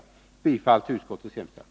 Jag yrkar bifall till utskottets hemställan.